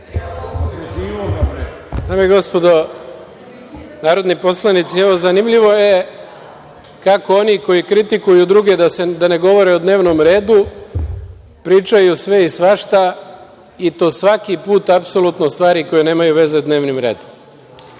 Dame i gospodo narodni poslanici, zanimljivo je kako oni koji kritikuju druge da ne govore o dnevnom redu pričaju sve i svašta i to svaki put, apsolutno stvari koje nemaju veze sa dnevnim